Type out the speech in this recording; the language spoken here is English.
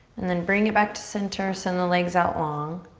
and then bring it back to center, send the legs out long.